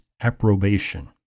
approbation